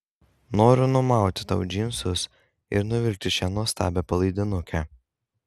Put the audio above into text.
noriu numauti tau džinsus ir nuvilkti šią nuostabią palaidinukę